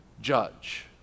judge